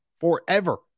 forever